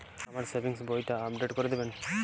আমার সেভিংস বইটা আপডেট করে দেবেন?